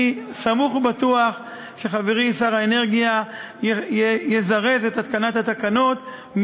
אני סמוך ובטוח שחברי שר האנרגיה יזרז את התקנת התקנות,